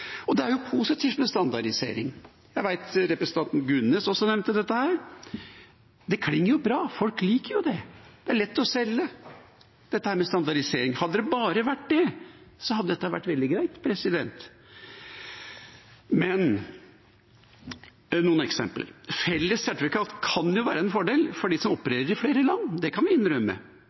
Det er positivt med standardisering. Jeg vet representanten Gunnes også nevnte dette. Det klinger bra, folk liker det, det er lett å selge dette med standardisering. Hadde det bare vært det, hadde dette vært veldig greit. Men noen eksempler: Felles sertifikat kan være en fordel for dem som opererer i flere land, det kan vi innrømme.